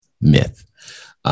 myth